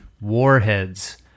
Warheads